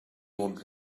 would